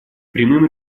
прямым